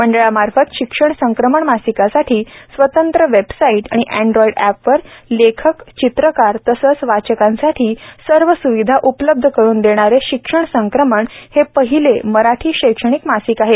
मंडळामार्फत शिक्षण संक्रमण मासिकासाठी स्वतंत्र वेबसाईट आणि एन्ड्राईड एप वर लेखक चित्रकार तसंच वाचकांसाठी सर्व सूविधा उपलब्ध करुन देणारे शिक्षण संक्रमण हे पहिले मराठी शैक्षणिक मासिक आहे